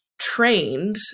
trained